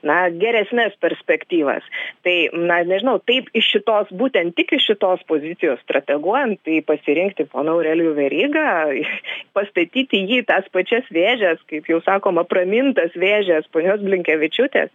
na geresnes perspektyvas tai na nežinau taip iš šitos būtent tik iš šitos pozicijos strateguojant pasirinkti poną aurelijų verygą pastatyti jį į tas pačias vėžes kaip jau sakoma pramintas vėžes ponios blinkevičiūtės